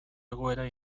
egoera